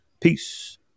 Peace